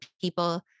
people